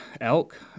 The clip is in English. Elk